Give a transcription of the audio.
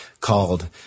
called